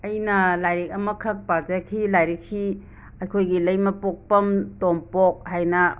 ꯑꯩꯅ ꯂꯥꯏꯔꯤꯛ ꯑꯃꯈꯛ ꯄꯥꯖꯈꯤ ꯂꯥꯏꯔꯤꯛꯁꯤ ꯑꯩꯈꯣꯏꯒꯤ ꯂꯩꯃꯄꯣꯛꯄꯝ ꯇꯣꯝꯄꯣꯛ ꯍꯥꯏꯅ